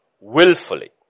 willfully